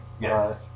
Yes